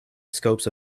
scopes